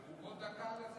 עוד דקה?